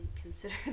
consider